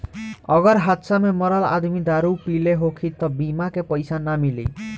अगर हादसा में मरल आदमी दारू पिले होखी त बीमा के पइसा ना मिली